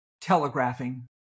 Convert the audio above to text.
telegraphing